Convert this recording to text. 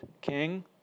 king